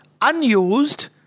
unused